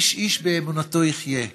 איש באמנותו יחיה.